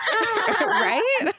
right